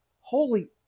Holy